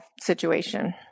situation